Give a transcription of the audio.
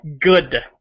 Good